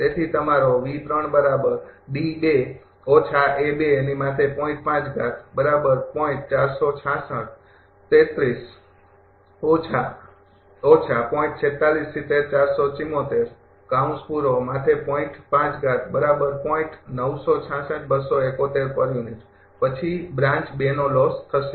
તેથી તમારો પછી બ્રાન્ચ ૨ નો લોસ થશે